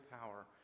power